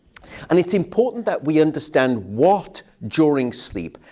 and it's important that we understand what, during sleep,